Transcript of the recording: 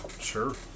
Sure